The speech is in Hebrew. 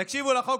תקשיבו לחוק,